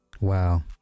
Wow